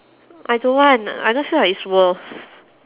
I don't want I don't feel like it's worth